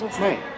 Right